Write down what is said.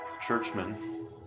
Churchman